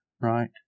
right